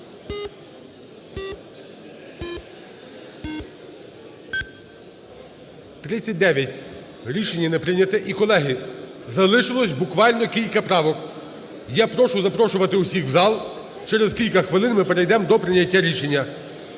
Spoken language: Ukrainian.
За-39 Рішення не прийнято. І, колеги залишилось буквально кілька правок. Я прошу запрошувати всіх у зал, через кілька хвилин ми перейдемо до прийняття рішення.